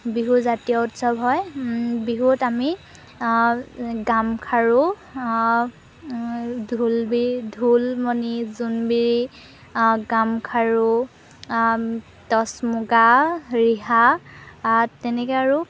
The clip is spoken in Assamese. বিহু জাতীয় উৎসৱ হয় বিহুত আমি গামখাৰু ঢোলবিৰি ঢোলমণি জোনবিৰি গামখাৰু টছ মুগা ৰিহা তেনেকৈ আৰু